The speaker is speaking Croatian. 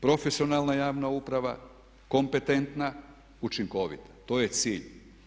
Profesionalna javna uprava, kompetentna, učinkovita, to je cilj.